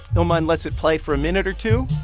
illmind lets it play for a minute or two,